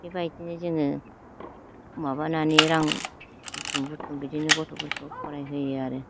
बेबायदिनो जोङो माबानानै रां बुथुम बुथुम बिदिनो गथ'फोरखौ फरायहोयो आरो